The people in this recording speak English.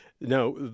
Now